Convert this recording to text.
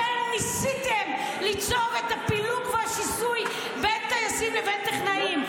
אתם ניסיתם ליצור את הפילוג והשיסוי בין טייסים ובין טכנאים.